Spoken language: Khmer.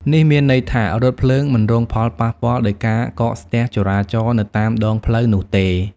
នេះមានន័យថា រថភ្លើង មិនរងផលប៉ះពាល់ដោយការកកស្ទះចរាចរណ៍ នៅតាមដងផ្លូវនោះទេ។